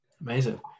amazing